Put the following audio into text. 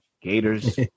Gators